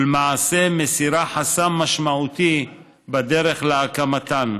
ולמעשה מסירה חסם משמעותי בדרך להקמתן,